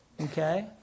Okay